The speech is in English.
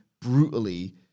brutally